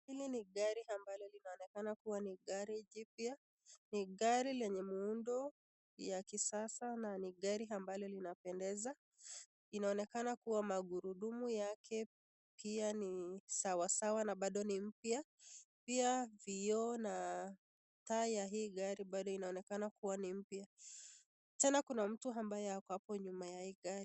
Hili ni gari ambalo linaonekana kuwa ni gari jipya. Ni gari lenye muundo ya kisasa na ni gari ambalo linapendeza. Inaonekana kuwa magurudumu yake pia ni sawasawa na bado ni mpya. Pia vioo na taa ya hii gari bado inaonekana kuwa ni mpya. Tena kuna mtu ambaye ako hapo nyuma ya hii gari.